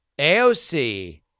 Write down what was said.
AOC